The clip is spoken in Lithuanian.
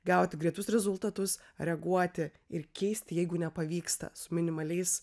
gauti greitus rezultatus reaguoti ir keisti jeigu nepavyksta su minimaliais